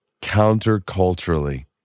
counterculturally